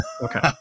Okay